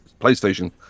PlayStation